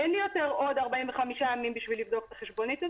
אין לי יותר עוד 45 ימים כדי לבדוק את החשבונית הזאת,